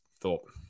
thought